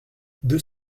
deux